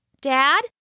Dad